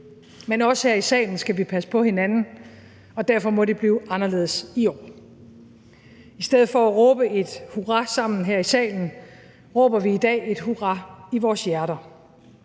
Men også her i salen skal vi passe på hinanden, og derfor må det blive anderledes i år. I stedet for at råbe et hurra sammen her i salen, råber vi i dag et hurra i vores hjerter.